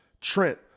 trent